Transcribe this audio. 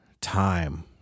time